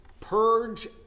purge